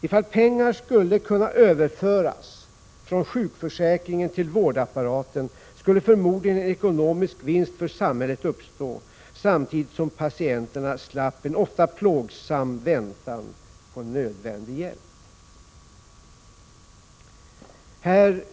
Ifall pengar skulle kunna överföras från sjukförsäkringen till vårdapparaten, skulle förmodligen en ekonomisk vinst för samhället uppstå, samtidigt som patienterna slapp en ofta plågsam väntan på nödvändig hjälp.